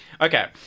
Okay